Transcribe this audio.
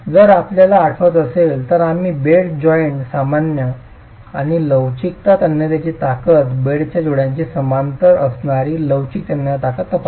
जर आपल्याला आठवत असेल तर आम्ही बेड जॉईंटच्या सामान्य आणि लवचिक तन्यतेची ताकद बेडच्या जोड्याशी समांतर असणारी लवचिक तन्यता ताकद तपासली